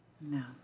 No